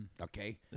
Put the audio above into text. Okay